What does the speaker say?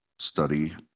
study